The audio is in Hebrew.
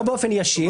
לא באופן ישיר.